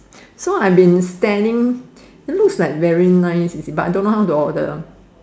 so I've being staring looks like very nice but don't know how to order